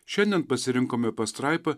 šiandien pasirinkome pastraipą